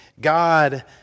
God